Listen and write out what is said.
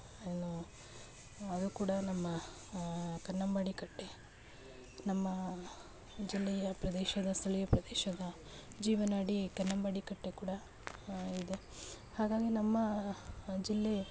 ಏನು ಅದು ಕೂಡ ನಮ್ಮ ಕನ್ನಂಬಾಡಿ ಕಟ್ಟೆ ನಮ್ಮ ಜಿಲ್ಲೆಯ ಪ್ರದೇಶದ ಸ್ಥಳೀಯ ಪ್ರದೇಶದ ಜೀವನಾಡಿ ಕನ್ನಂಬಾಡಿ ಕಟ್ಟೆ ಕೂಡ ಇದೆ ಹಾಗಾಗಿ ನಮ್ಮ ಜಿಲ್ಲೆ